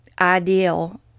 ideal